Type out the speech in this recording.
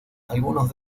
algunos